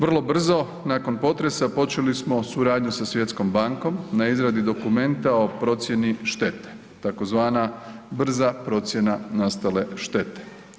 Vrlo brzo nakon potresa počeli smo suradnju sa Svjetskom bankom na izradi dokumenta o procjeni štete tzv. brza procjena nastale štete.